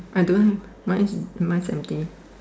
I don't have mine's mine is empty